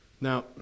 now